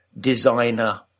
designer